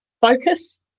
focus